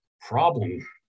problem